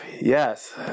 yes